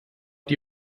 die